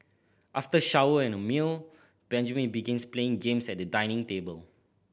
after shower and meal Benjamin begins playing games at the dining table